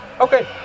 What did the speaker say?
Okay